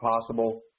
possible